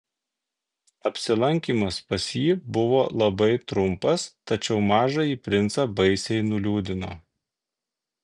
apsilankymas pas jį buvo labai trumpas tačiau mažąjį princą baisiai nuliūdino